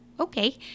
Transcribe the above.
okay